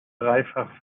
dreifach